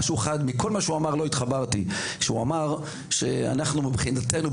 דבר אחד מכל מה שהוא אמר שאליו לא התחברתי וזה שאנחנו מבחינתנו,